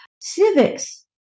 civics